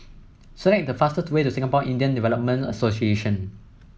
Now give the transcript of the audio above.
select the fastest way to Singapore Indian Development Association